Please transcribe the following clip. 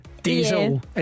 Diesel